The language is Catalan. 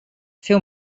fer